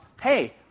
hey